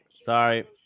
sorry